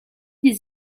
des